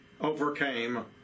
overcame